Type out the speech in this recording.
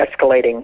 escalating